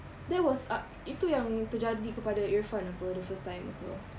that was uh itu yang terjadi kepada irfan apa the first time also